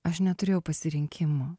aš neturėjau pasirinkimo